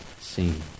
seen